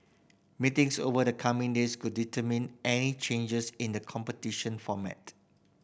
meetings over the coming days could determine any changes in the competition format